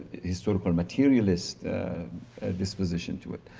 historical materialist disposition to it.